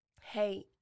hey